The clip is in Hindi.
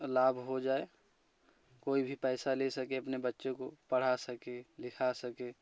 लाभ हो जाए कोई भी पैसा ले सकें अपने बच्चो को पढ़ा सकें लिखा सकें